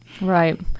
Right